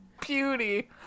beauty